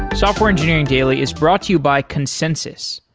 software engineering daily is brought to you by consensys.